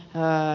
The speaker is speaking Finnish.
enää